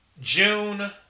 June